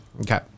Okay